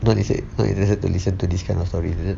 what is it what you don't like to listen to this kind of stories is it